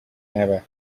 never